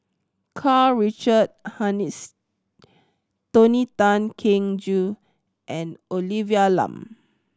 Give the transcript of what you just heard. Karl Richard Hanitsch Tony Tan Keng Joo and Olivia Lum